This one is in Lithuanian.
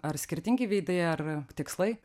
ar skirtingi veidai ar tikslai